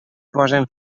posen